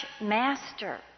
master